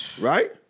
Right